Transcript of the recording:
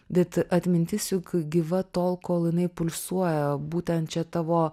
bet atmintis juk gyva tol kol jinai pulsuoja būtent čia tavo